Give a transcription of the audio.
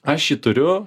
aš jį turiu